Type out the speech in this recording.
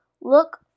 Look